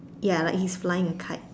ya like he's flying a kite